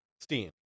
Steam